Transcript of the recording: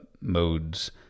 mode's